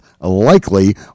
likely